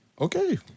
Okay